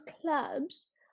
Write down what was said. clubs